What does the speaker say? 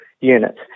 units